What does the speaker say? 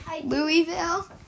Louisville